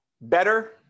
better